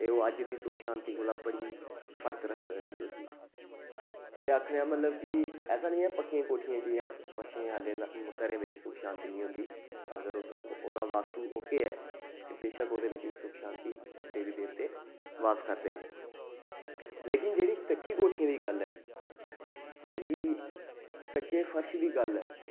ते ओह् अज्ज बी सुख शांति कोला बड़ी फर्क रखदा जी ओह् चीज ते आखने दा मतलब कि ऐसा निं ऐ पक्कियां कोठियां जि'यां फर्शें आह्ले घरें बिच सुख शांति निं होंदी अगर ओह्दा वास्तु ओके ऐ ते बशक्क ओह्दे बिच बी सुख शांति देवी देवते बास करदे न लेकिन जेह्ड़ी कच्ची कोठिएं दी गल्ल ऐ जेह्की कच्चे फर्श दी गल्ल ऐ